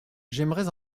j’aimerais